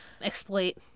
exploit